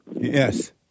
Yes